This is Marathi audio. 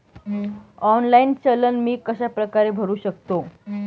ऑनलाईन चलन मी कशाप्रकारे भरु शकतो?